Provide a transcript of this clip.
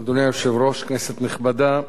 אדוני היושב-ראש, כנסת נכבדה,